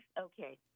Okay